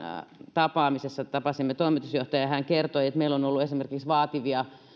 tapaamisessa tapasimme toimitusjohtajan ja hän kertoi että meillä on ollut esimerkiksi vaativia